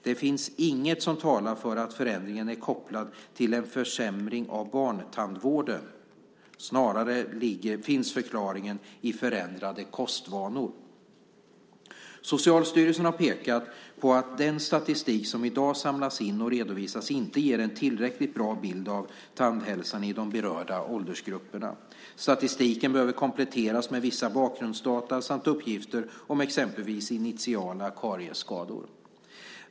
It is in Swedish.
Det finns inget som talar för att förändringen är kopplad till en försämring av barntandvården. Snarare finns förklaringen i förändrade kostvanor. Socialstyrelsen har pekat på att den statistik som i dag samlas in och redovisas inte ger en tillräckligt bra bild av tandhälsan i de berörda åldersgrupperna. Statistiken behöver kompletteras med vissa bakgrundsdata samt uppgifter om exempelvis initiala kariesskador.